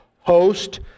host